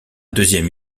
deuxième